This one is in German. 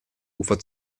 ufer